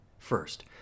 First